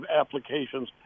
applications